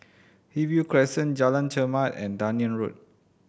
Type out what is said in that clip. Hillview Crescent Jalan Chermat and Dunearn Road